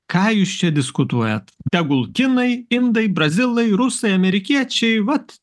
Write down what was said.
ką jūs čia diskutuojat tegul kinai indai brazilai rusai amerikiečiai vat